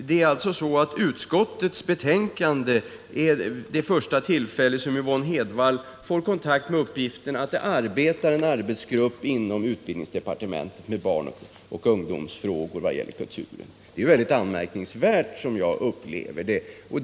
Det är tydligen så att Yvonne Hedvall först genom utskottets betänkande får reda på att en grupp arbetar inom utbildningsdepartementet med barnoch ungdomsfrågor vad gäller kultur. Det är enligt min mening anmärkningsvärt.